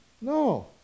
No